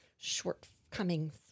shortcomings